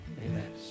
amen